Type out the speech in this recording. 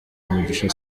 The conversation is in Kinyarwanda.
mugisha